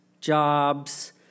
jobs